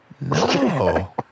No